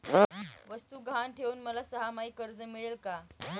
वस्तू गहाण ठेवून मला सहामाही कर्ज मिळेल का?